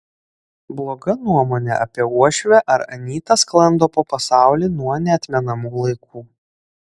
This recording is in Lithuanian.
bloga nuomonė apie uošvę ar anytą sklando po pasaulį nuo neatmenamų laikų